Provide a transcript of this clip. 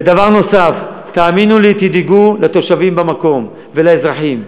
תאמינו לי, תדאגו לתושבים ולאזרחים במקום.